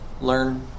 learn